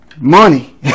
Money